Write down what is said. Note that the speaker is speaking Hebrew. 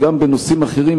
וגם בנושאים אחרים,